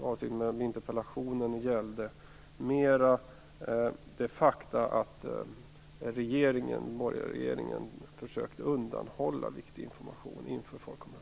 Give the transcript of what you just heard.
Den gällde mera det faktum att den borgerliga regeringen försökte undanhålla viktig information inför folkomröstningen.